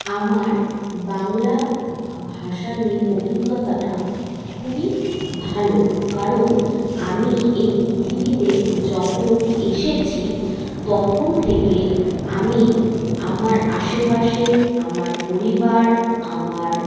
আমার বাংলা ভাষা নিয়ে অভিজ্ঞতাটা খুবই ভালো কারণ আমি এই পৃথিবীতে যখন এসেছি তখন থেকে আমি আমার আশেপাশে আমার পরিবার আমার